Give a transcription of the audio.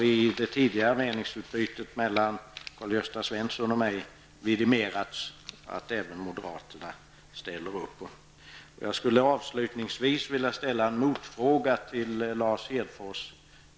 I det tidigare meningsutbytet mellan Karl-Gösta Svenson och mig har vidimerats att även moderaterna ställer upp på dessa principer. Hedfors.